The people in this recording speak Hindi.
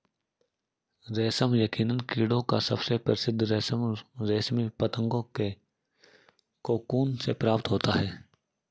रेशम यकीनन कीड़ों का सबसे प्रसिद्ध रेशम रेशमी पतंगों के कोकून से प्राप्त होता है